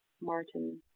Martin